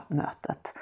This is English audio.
mötet